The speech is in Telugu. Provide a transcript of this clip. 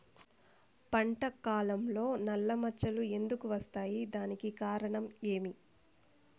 పంట కాలంలో నల్ల మచ్చలు ఎందుకు వస్తాయి? దానికి కారణం ఏమి?